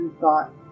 thought